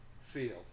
field